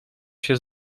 się